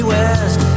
West